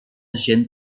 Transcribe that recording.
agent